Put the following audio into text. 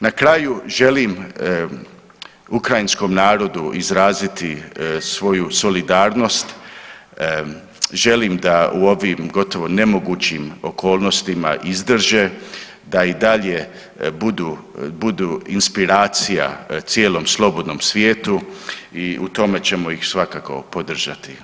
Na kraju želim ukrajinskom narodu izraziti svoju solidarnost, želim da u ovom gotovo nemogućim okolnostima izdrže, da i dalje budu, budu inspiracija cijelom slobodnom svijetu i u tome ćemo ih svakako podržati.